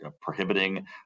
prohibiting